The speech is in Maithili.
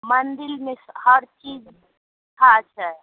मन्डिरमे हर चीजमे धा छै